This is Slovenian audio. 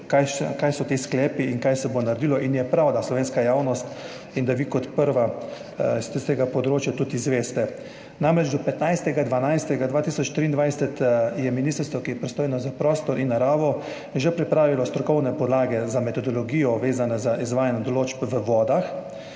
kaj so ti sklepi in kaj se bo naredilo in je prav, da slovenska javnost in vi kot prva s tistega področja tudi izveste. Do 15. 12. 2023 je namreč ministrstvo, ki je pristojno za prostor in naravo, že pripravilo strokovne podlage za metodologijo, vezane z izvajanjem določb o vodah.